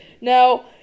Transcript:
Now